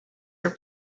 are